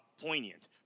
poignant